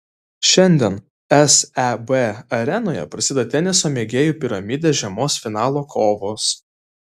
šiandien seb arenoje prasideda teniso mėgėjų piramidės žiemos finalo kovos